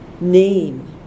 name